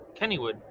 kennywood